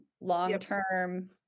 long-term